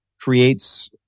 creates